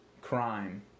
crime